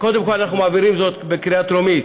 קודם כול אנחנו מעבירים זאת בקריאה טרומית,